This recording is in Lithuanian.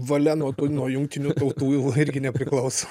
valia nuo tų nuo jungtinių tautų jau irgi nepriklauso